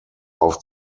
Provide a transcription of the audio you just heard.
auf